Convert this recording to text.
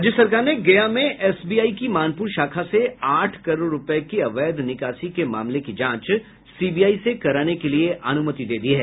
राज्य सरकार ने गया में एसबीआई की मानपुर शाखा से आठ करोड़ रूपये की अवैध निकासी मामले की जांच सीबीआई से कराने के लिए अनुमति दे दी है